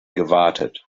gewartet